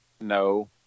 No